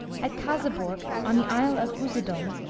at caseburg, on the isle of usedom,